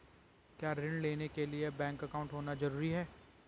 क्या ऋण लेने के लिए बैंक अकाउंट होना ज़रूरी है?